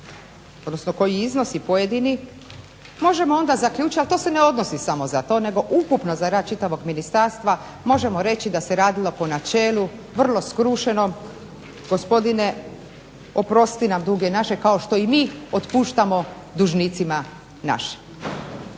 navedeni, koliki su dugovi, tko sve duguje, ali to se ne odnosi samo na to nego ukupno za rad čitavog ministarstva možemo reći da se radilo po načelu vrlo skrušenom "Gospodine oprosti nam duge naše, kao što mi otpuštamo dužnicima našim".